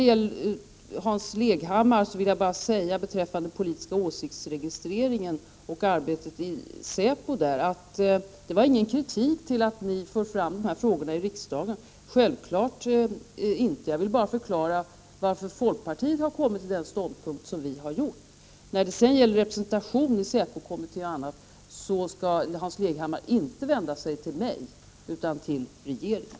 Till Hans Leghammar vill jag bara säga beträffande den politiska åsiktsregistreringen och arbetet i säpo, att det jag sade inte var någon kritik av att ni för fram de här frågorna i riksdagen — självfallet inte. Jag ville bara förklara varför folkpartiet har intagit den ståndpunkt som vi har. När det gäller representation i säpokommittén osv. skall Hans Leghammar inte vända sig till mig utan till regeringen.